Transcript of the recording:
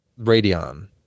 Radeon